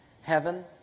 Heaven